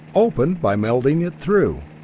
opened by melting it through!